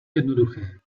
jednoduché